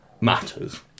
matters